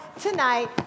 tonight